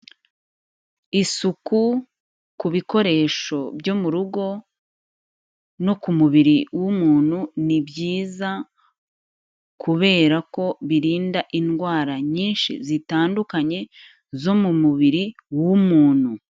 Isuku ku bikoresho byo mu rugo no ku mubiri w'umuntu ni byiza kubera ko birinda indwara nyinshi zitandukanye zo mu mubiri w'umuntu.